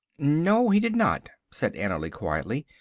no, he did not, said annerly quietly,